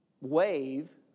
wave